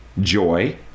joy